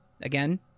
Again